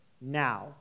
now